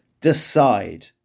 Decide